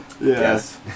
Yes